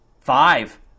five